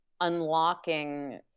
unlocking